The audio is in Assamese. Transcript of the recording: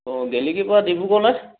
অঁ গেলেকি পৰা ডিব্ৰুগড় নে